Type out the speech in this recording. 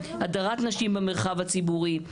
הדרת נשים במרחב הציבורי,